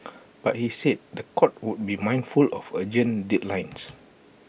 but he said The Court would be mindful of urgent deadlines